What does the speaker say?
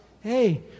Hey